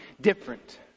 different